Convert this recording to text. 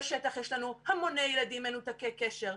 בשטח יש לנו המוני ילדים מנותקי קשר.